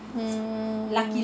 mm